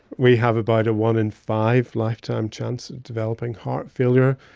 we have about a one in five lifetime chance of developing heart failure.